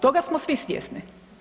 Toga smo svi svjesni.